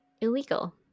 illegal